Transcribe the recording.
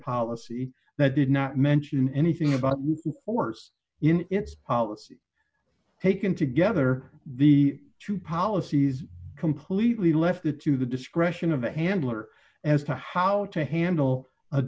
policy that did not mention anything about wars in its policy taken together the two policies completely left it to the discretion of the handler as to how to handle a